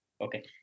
Okay